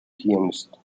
pianist